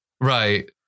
Right